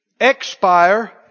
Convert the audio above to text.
Expire